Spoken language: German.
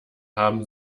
haben